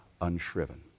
unshriven